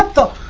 the